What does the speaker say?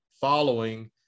following